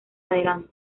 adelante